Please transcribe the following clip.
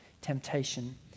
temptation